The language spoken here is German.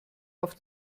auf